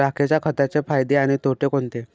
राखेच्या खताचे फायदे आणि तोटे कोणते?